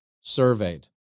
surveyed